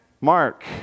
Mark